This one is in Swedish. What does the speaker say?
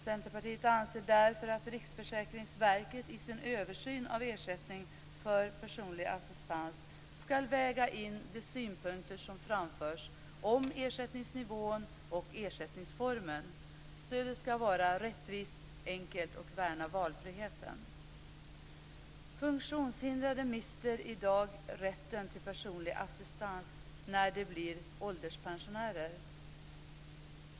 Centerpartiet anser därför att Riksförsäkringsverket i sin översyn av ersättning för personlig assistans skall väga in de synpunkter som framförts om ersättningsnivån och ersättningsformen. Stödet skall vara rättvist, enkelt och värna valfriheten. Funktionshindrade mister i dag rätten till personlig assistans när de blir ålderspensionärer.